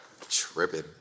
Tripping